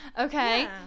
Okay